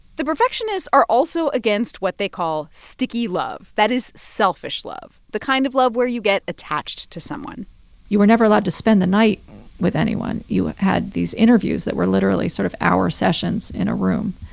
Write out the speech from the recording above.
the perfectionists are also against what they call sticky love. that is selfish love, the kind of love where you get attached to someone you were never allowed to spend the night with anyone. you had these interviews that were literally sort of hour sessions in a room.